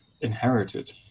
inherited